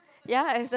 ya as the